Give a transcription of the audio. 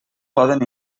poden